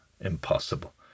impossible